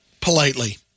Politely